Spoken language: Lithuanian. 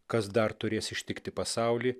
kas dar turės ištikti pasaulį